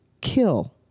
kill